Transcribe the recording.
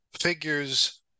figures